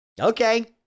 Okay